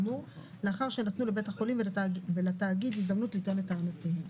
ואם צריך, גם להעלות את המחיר לפעמים.